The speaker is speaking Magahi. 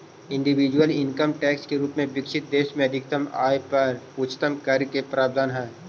इंडिविजुअल इनकम टैक्स के रूप में विकसित देश में अधिकतम आय पर उच्चतम कर के प्रावधान हई